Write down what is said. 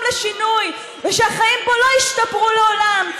לשינוי ושהחיים פה לא ישתפרו לעולם,